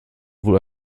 wohl